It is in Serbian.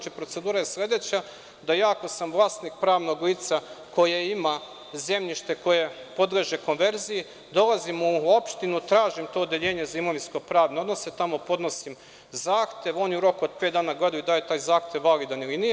Procedura sledeća, da ja, ako sam vlasnik pravnog lica koje ima zemljište koje podleže konverziji, dolazim u opštinu, tražim to Odeljenje za imovinsko-pravne odnose, tamo podnosim zahtev, oni u roku od pet dana da li je taj zahtev validan ili nije.